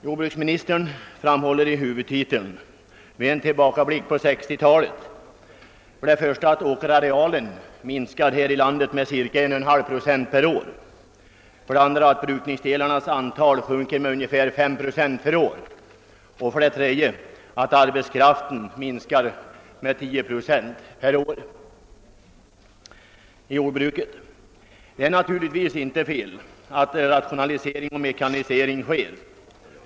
Jordbruksministern framhåller i huvudtiteln med en tillbakablick på 1960-talet för det första att åkerarealen minskar med ca 1,5 procent per år, för det andra att brukningsdelarnas antal sjunker med ungefär 5 procent per år och för det tredje att arbetskraften inom jordbruket minskar med 10 procent per år. Det är naturligtvis inte felaktigt att rationalisering och mekanisering sker.